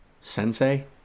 Sensei